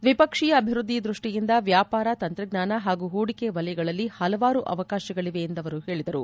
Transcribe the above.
ದ್ವಿಪಕ್ಷೀಯ ಅಭಿವೃದ್ದಿಯ ದೃಷ್ಟಿಯಿಂದ ವ್ಯಾಪಾರ ತಂತ್ರಜ್ಞಾನ ಹಾಗೂ ಹೂಡಿಕೆ ವಲಯಗಳಲ್ಲಿ ಹಲವಾರು ಅವಕಾಶಗಳಿವೆ ಎಂದು ಅವರು ಹೇಳಿದರು